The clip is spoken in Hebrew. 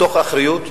מתוך אחריות,